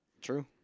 true